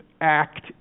act